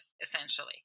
essentially